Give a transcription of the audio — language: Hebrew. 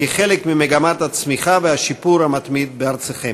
כחלק ממגמת הצמיחה והשיפור המתמיד בארצכם.